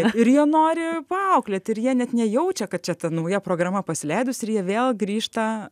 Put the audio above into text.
ir jie nori paauklėti ir jie net nejaučia kad čia ta nauja programa pasileidus ir jie vėl grįžta